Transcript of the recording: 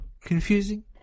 confusing